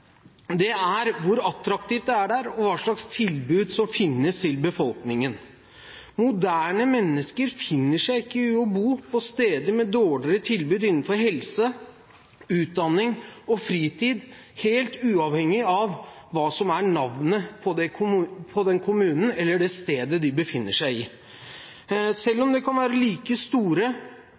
sted, er hvor attraktivt det er der, og hva slags tilbud som finnes til befolkningen. Moderne mennesker finner seg ikke i å bo på steder med dårlig tilbud innenfor helse, utdanning og fritid, helt uavhengig av navnet på kommunen eller stedet der de befinner seg. Selv om det kan være like store,